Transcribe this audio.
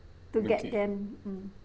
to get them mm